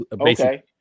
Okay